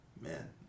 Man